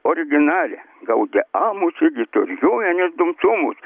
originalią gaudeamus igitur juvenes dum sumus